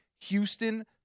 Houston